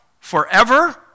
forever